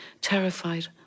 terrified